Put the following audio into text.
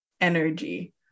energy